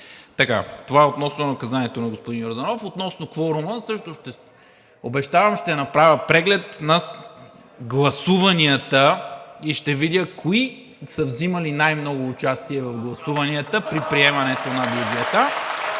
Това е относно наказанието на господин Йорданов. Относно кворума също обещавам, че ще направя преглед на гласуванията и ще видя кои са взимали най-много участие в гласуванията при приемането на бюджета.